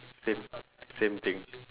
same same thing